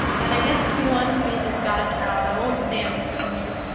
but i guess if you want to be his godchild i wont stand between you.